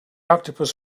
octopus